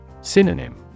Synonym